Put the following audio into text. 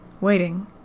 Waiting